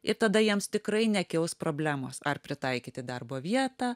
ir tada jiems tikrai nekils problemos ar pritaikyti darbo vietą